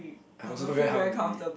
I was very hungry